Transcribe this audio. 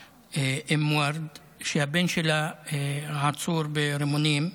אימא, אם וורד, שהבן שלה עצור ברימונים,